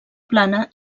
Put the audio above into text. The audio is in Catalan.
plana